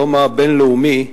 תודה לחבר הכנסת טלב אלסאנע.